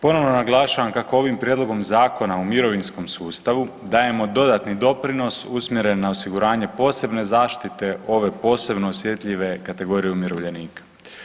Ponovno naglašavam kako ovim prijedlogom zakona u mirovinskom sustavu dajemo dodatni doprinos usmjeren na osiguranje posebne zaštite ove posebno osjetljive kategorije umirovljenika.